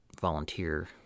volunteer